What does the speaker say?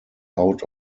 out